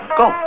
go